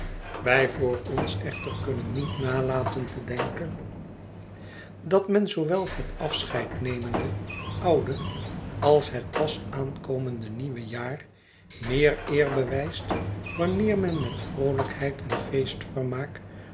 wij voor ons echter kunnen niet nalaten te denken dat men zoowel het afscheidnemende oude als het pas aankomende nieuwe jaar meer eer bewijst wanneer men met vroolijkheid en